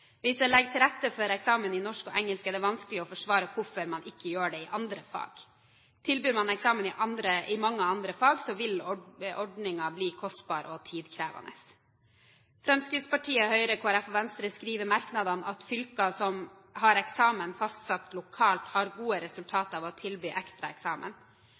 Hvis en legger til rette for eksamen i norsk og engelsk, er det vanskelig å forsvare hvorfor man ikke gjør det i andre fag. Tilbyr man eksamen i mange andre fag, vil ordningen bli kostbar og tidkrevende. Fremskrittspartiet, Høyre, Kristelig Folkeparti og Venstre skriver i merknadene at fylker som har eksamen fastsatt lokalt, har gode resultater ved å tilby ekstra eksamen.